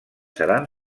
seran